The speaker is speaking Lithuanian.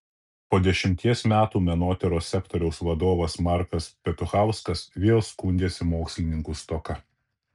po dešimties metų menotyros sektoriaus vadovas markas petuchauskas vėl skundėsi mokslininkų stoka